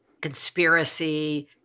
conspiracy